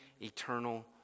eternal